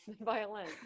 violin